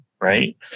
Right